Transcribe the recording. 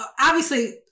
obviously-